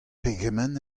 pegement